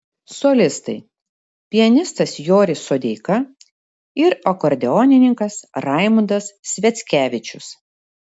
solistai pianistas joris sodeika ir akordeonininkas raimundas sviackevičius